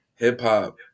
Hip-hop